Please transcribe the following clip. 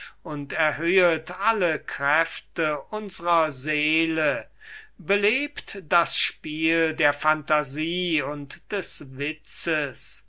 und erhöhet alle kräfte unsrer seele belebt das spiel der phantasie und des witzes